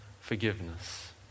forgiveness